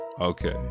okay